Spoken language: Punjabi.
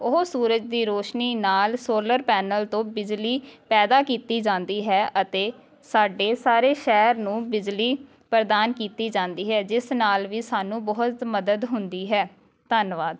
ਉਹ ਸੂਰਜ ਦੀ ਰੋਸ਼ਨੀ ਨਾਲ ਸੋਲਰ ਪੈਨਲ ਤੋਂ ਬਿਜਲੀ ਪੈਦਾ ਕੀਤੀ ਜਾਂਦੀ ਹੈ ਅਤੇ ਸਾਡੇ ਸਾਰੇ ਸ਼ਹਿਰ ਨੂੰ ਬਿਜਲੀ ਪ੍ਰਦਾਨ ਕੀਤੀ ਜਾਂਦੀ ਹੈ ਜਿਸ ਨਾਲ ਵੀ ਸਾਨੂੰ ਬਹੁਤ ਮਦਦ ਹੁੰਦੀ ਹੈ ਧੰਨਵਾਦ